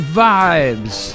vibes